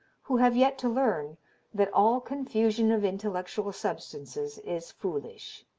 who have yet to learn that all confusion of intellectual substances is foolish.